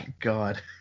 God